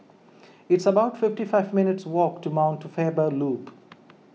it's about fifty five minutes' walk to Mount Faber Loop